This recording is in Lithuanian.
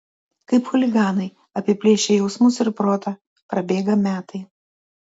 kaip chuliganai apiplėšę jausmus ir protą prabėga metai